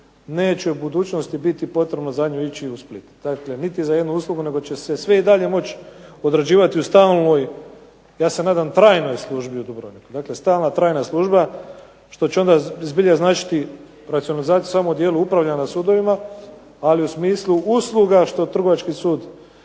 neće u budućnosti biti potrebno za nju ići u Split, dakle niti za jednu uslugu nego će se sve i dalje moći odrađivati u stalnoj, ja se nadam trajnoj službi u Dubrovniku. Dakle stalna trajna služba što će onda zbilja značiti racionalizaciju samo u dijelu upravljanja sudovima, ali u smislu usluga što trgovački sud